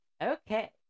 Okay